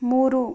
ಮೂರು